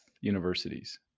universities